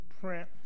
print